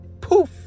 poof